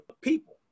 people